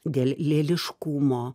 dėl lėliškumo